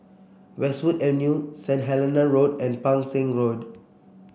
Westwood Avenue Saint Helena Road and Pang Seng Road